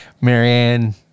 Marianne